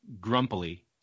grumpily